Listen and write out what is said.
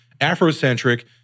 Afrocentric